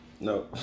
No